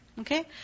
Okay